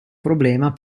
problema